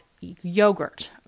yogurt